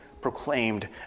proclaimed